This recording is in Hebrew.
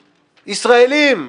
ישראלים.